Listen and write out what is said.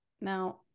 Now